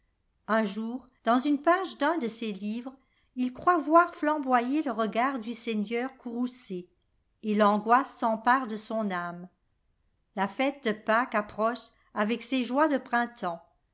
un jour dans une page d'un de ses livres il croit voir flamboyer le regard du seigneur courroucé et l'angoisse s'empare de son âme la fête de pâques approche avec ses joies de printemps